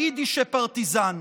וא יידישע פרטיזן.